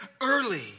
early